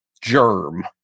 germ